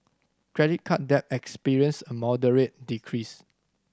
credit card debt experienced a moderate decrease